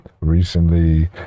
Recently